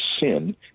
sin